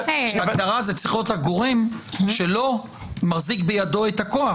זה צריך להיות הגורם שלא מחזיק בידו את הכוח